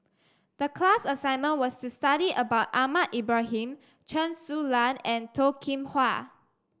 the class assignment was to study about Ahmad Ibrahim Chen Su Lan and Toh Kim Hwa